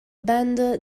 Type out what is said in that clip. band